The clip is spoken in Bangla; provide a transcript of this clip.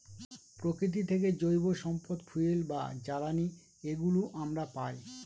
প্রকৃতি থেকে জৈব সম্পদ ফুয়েল বা জ্বালানি এগুলো আমরা পায়